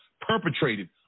perpetrated